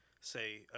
say